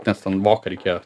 nes ten voką reikėjo